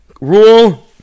rule